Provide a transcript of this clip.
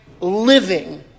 living